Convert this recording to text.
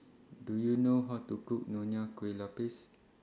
Do YOU know How to Cook Nonya Kueh Lapis